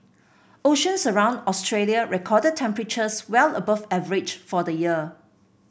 oceans around Australia recorded temperatures well above average for the year